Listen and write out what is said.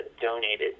donated